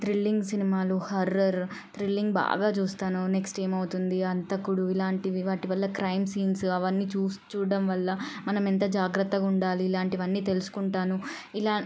thrilling సినిమాలు horror thrilling బాగా చూస్తాను నెక్స్ట్ ఏమవుతుంది హంతకుడు ఇలాంటివి వాటి వల్ల క్రైమ్ సీన్సు అవన్నీ చూడటం వల్ల మనమెంత జాగ్రత్తగుండాలి ఇలాంటివన్నీ తెలుసుకుంటాను ఇలా